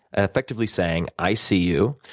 ah effectively saying, i see you.